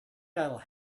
titled